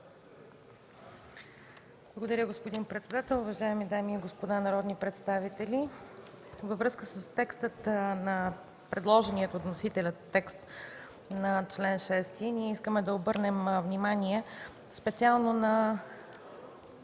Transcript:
Благодаря, господин председател. Уважаеми дами и господа народни представители! Във връзка с предложения от вносителя текст на чл. 6, искаме да обърнем внимание специално на